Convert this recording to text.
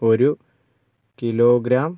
ഒരു കിലോഗ്രാം